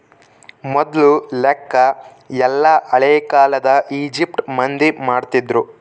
ಮೊದ್ಲು ಲೆಕ್ಕ ಎಲ್ಲ ಹಳೇ ಕಾಲದ ಈಜಿಪ್ಟ್ ಮಂದಿ ಮಾಡ್ತಿದ್ರು